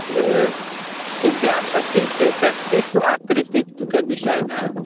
जे विद्यापति के व्यक्तित्व आ कृतित्व के विषय मे